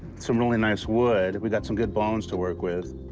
some really nice wood. we got some good bones to work with.